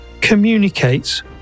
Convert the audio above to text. communicates